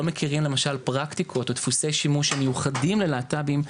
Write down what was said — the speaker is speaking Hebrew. לא מכירים למשל פרקטיקות או דפוסי שימוש מיוחדים ללהט"בים.